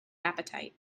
appetite